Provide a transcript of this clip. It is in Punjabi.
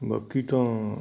ਬਾਕੀ ਤਾਂ